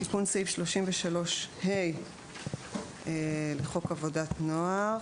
תיקון סעיף 33ה לחוק עבודת נוער